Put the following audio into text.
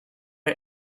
are